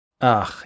Ach